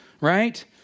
right